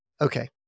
Okay